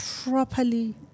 properly